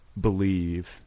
believe